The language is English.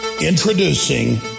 Introducing